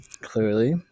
clearly